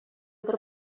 бер